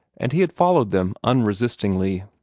and he had followed them unresistingly.